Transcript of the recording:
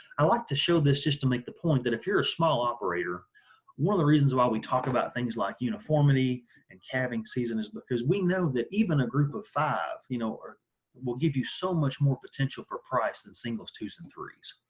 i like to show this just to make the point that if you're a small operator one of the reasons why we talk about things like uniformity and calving season is because we know that even a group of five you know will give you so much more potential for price than singles, twos, and threes.